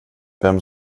vem